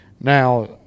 now